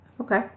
Okay